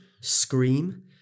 Scream